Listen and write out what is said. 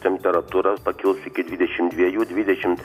temperatūra pakils iki dvidešim dviejų dvidešimt